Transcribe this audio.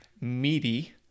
meaty